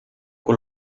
con